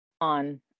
on